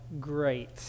great